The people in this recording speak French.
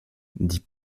dit